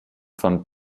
von